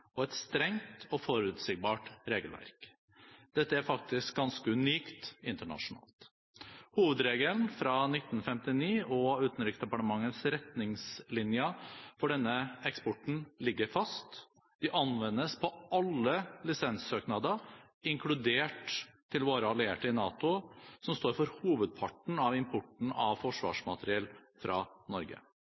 og et strengt og forutsigbart regelverk. Dette er faktisk ganske unikt internasjonalt. Hovedregelen fra 1959 og Utenriksdepartementets retningslinjer for denne eksporten ligger fast. De anvendes på alle lisenssøknader, inkludert dem fra våre allierte i NATO, som står for hovedparten av importen av forsvarsmateriell fra Norge.